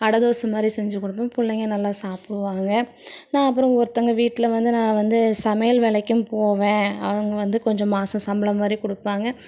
அடை தோசை மாதிரி செஞ்சுக் கொடுப்பேன் பிள்ளைங்க நல்லா சாப்பிடுவாங்க நான் அப்புறம் ஒருத்தங்க வீட்டில் வந்து நான் வந்து சமையல் வேலைக்கும் போவேன் அவங்க வந்து கொஞ்சம் மாதம் சம்பளம் மாதிரி கொடுப்பாங்க